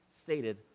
stated